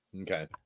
Okay